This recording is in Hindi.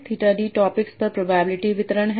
थीटा d टॉपिक्स पर प्रोबेबिलिटी वितरण है